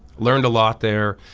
learned a lot there.